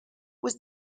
was